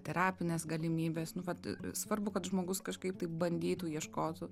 terapinės galimybės nu vat svarbu kad žmogus kažkaip tai bandytų ieškotų